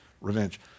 revenge